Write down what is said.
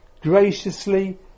graciously